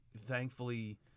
thankfully